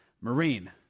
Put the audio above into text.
Marine